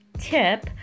tip